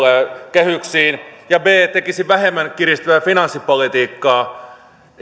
kehyksiin ja b tekisi vähemmän kiristävää finanssipolitiikkaa